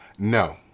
No